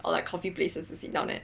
or like coffee places to sit down and